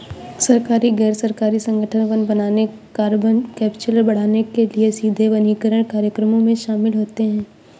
सरकारी, गैर सरकारी संगठन वन बनाने, कार्बन कैप्चर बढ़ाने के लिए सीधे वनीकरण कार्यक्रमों में शामिल होते हैं